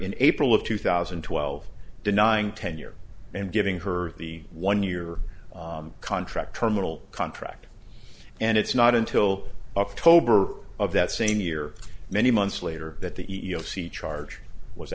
in april of two thousand and twelve denying tenure and giving her the one year contract terminal contract and it's not until october of that same year many months later that the e e o c charge was